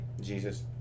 Jesus